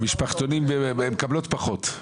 המשפחתונים הן מקבלות פחות,